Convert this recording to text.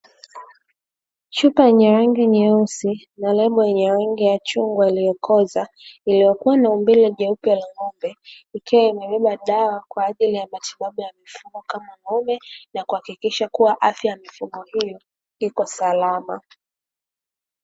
Chupa yenye rangi nyeusi, na lebo yenye rangi ya chungwa iliyokoza, iliyokuwa na umbile jeupe la ng'ombe, ikiwa imebeba dawa kwa ajili ya matibabu ya mifugo kama ng'ombe, na kuhakikisha kuwa afya ya mifugo hiyo iko salama.